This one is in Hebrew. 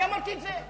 אני אמרתי את זה?